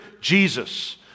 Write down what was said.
Jesus